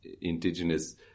Indigenous